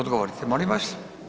Odgovorite molim vas.